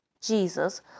Jesus